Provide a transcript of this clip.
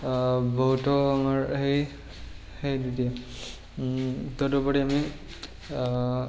বহুতো আমাৰ সেই দিয়ে তদুপৰি আমি